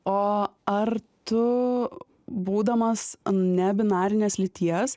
o ar tu būdamas nebinarinės lyties